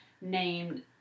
named